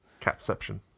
capception